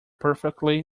perfectly